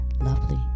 lovely